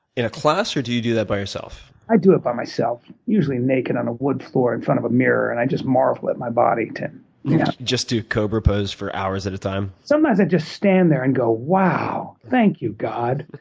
in a class, or do you do that by yourself? i do it by myself, usually naked on a wood floor in front of a mirror, and i just marvel at my body, tim. you yeah just do cobra pose for hours at a time? sometimes i just stand there and go, wow, thank you, god.